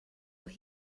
what